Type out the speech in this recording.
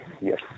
yes